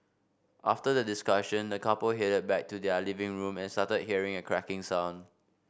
after the discussion the couple headed back to their living room and started hearing a cracking sound